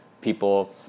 people